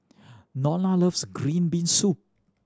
Nona loves green bean soup